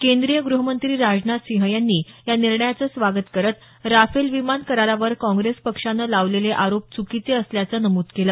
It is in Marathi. केंद्रीय ग्रहमंत्री राजनाथ सिंह यांनी या निर्णयाचं स्वागत करत राफेल विमान करारावर काँग्रेस पक्षानं लावलेले आरोप चुकीचे असल्याचं नमूद केलं